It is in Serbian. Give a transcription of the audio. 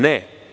Ne.